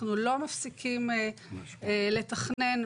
אנחנו לא מפסיקים לתכנן,